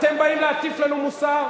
אתם באים להטיף לנו מוסר?